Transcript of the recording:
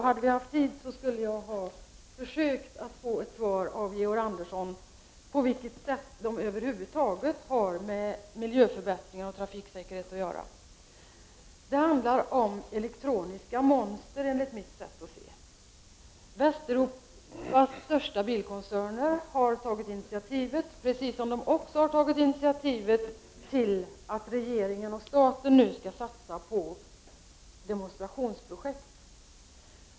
Hade vi haft tid skulle jag ha försökt få ett besked av Georg Andersson om på vilket sätt projekten har med miljöförbättringar och trafiksäkerhet att göra. Det handlar om elektroniska monster enligt mitt sätt att se. Västeuropas största bilkoncerner har tagit initiativ, precis som det också tagit initiativet till att regeringen och staten nu skall satsa på demonstrationsprojekt.